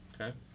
Okay